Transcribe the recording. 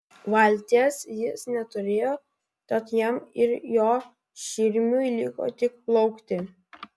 valties jis neturėjo tad jam ir jo širmiui liko tik plaukti